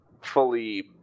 fully